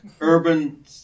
Urban